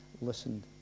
listened